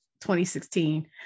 2016